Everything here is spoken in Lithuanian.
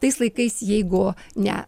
tais laikais jeigu ne